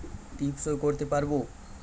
টিপ সই করতে পারবো?